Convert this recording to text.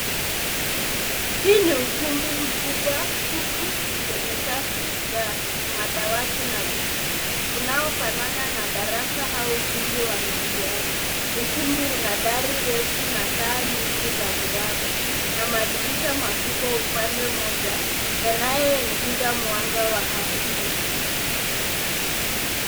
Hii ni ukumbi mkubwa tupu, wenye safu za madawati na viti. Unaofanana na darasa au ukumbi wa mitihani. Ukumbi una dari refu na taa nyingi za mraba, na madirisha makubwa upande moja, yanayoingiza mwanga wa asili.